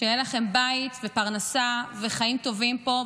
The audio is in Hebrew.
שיהיו לכם בית ופרנסה וחיים טובים פה,